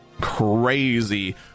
crazy